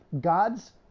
God's